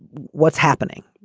what's happening?